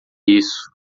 isso